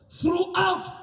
throughout